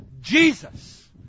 Jesus